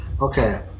Okay